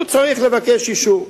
הוא צריך לבקש אישור.